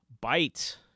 Bite